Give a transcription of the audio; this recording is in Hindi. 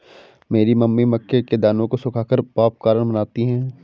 मेरी मम्मी मक्के के दानों को सुखाकर पॉपकॉर्न बनाती हैं